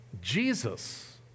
Jesus